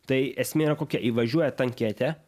tai esmė yra kokia įvažiuoja tanketė